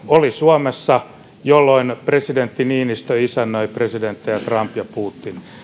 oli summit kaksituhattakahdeksantoista jolloin presidentti niinistö isännöi presidenttejä trump ja putin